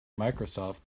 microsoft